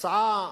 ההצעה